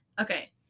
okay